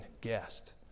guest